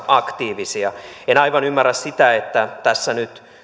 aktiivisia en aivan ymmärrä sitä että tässä nyt